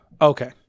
Okay